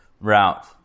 route